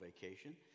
vacation